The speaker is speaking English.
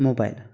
mobile